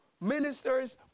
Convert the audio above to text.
ministers